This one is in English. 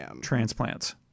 transplants